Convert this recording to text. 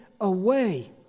away